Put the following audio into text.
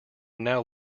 now